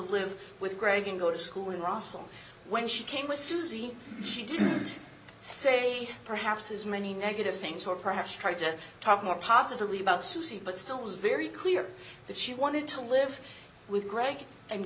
live with greg and go to school in rasul when she came with susie she didn't say perhaps as many negative things or perhaps tried to talk more positively about suzy but still it was very clear that she wanted to live with greg and